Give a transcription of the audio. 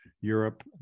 Europe